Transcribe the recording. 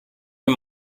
mir